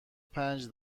پنج